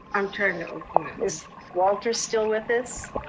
i'm trying to open it. is walter still with us.